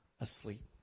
asleep